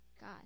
God